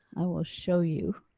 i will show you